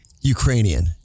Ukrainian